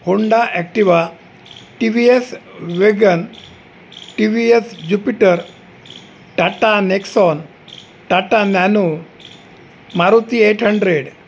Honda Activa T V S वेगन T V S Jupiter Tata Nexon Tata Nano Maruti eight hundred